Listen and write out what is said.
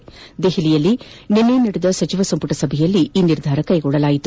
ನವದೆಹಲಿಯಲ್ಲಿ ನಿನ್ನೆ ನಡೆದ ಸಚಿವ ಸಂಪುಟ ಸಭೆಯಲ್ಲಿ ಈ ನಿರ್ಧಾರ ಕೈಗೊಳ್ಳಲಾಗಿದೆ